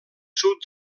sud